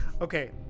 Okay